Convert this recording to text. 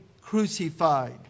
crucified